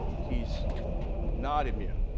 he's not immune.